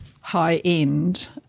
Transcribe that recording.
high-end